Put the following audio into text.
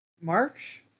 March